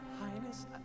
Highness